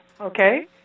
Okay